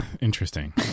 Interesting